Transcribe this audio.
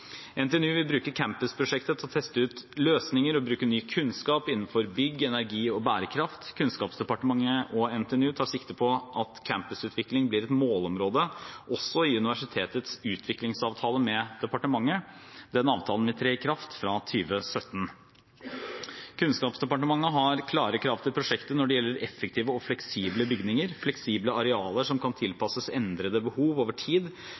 NTNU vil bruke campusprosjektet til å teste ut løsninger og bruke ny kunnskap innenfor bygg, energi og bærekraft. Kunnskapsdepartementet og NTNU tar sikte på at campusutvikling blir et målområde også i universitetets utviklingsavtale med departementet. Den avtalen vil tre i kraft fra 2017. Kunnskapsdepartementet har klare krav til prosjektet når det gjelder effektive og fleksible bygninger. Fleksible arealer som kan tilpasses endrede behov over tid,